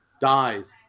dies